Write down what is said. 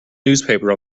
newspaper